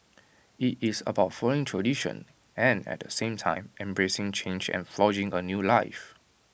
IT is about following tradition and at the same time embracing change and forging A new life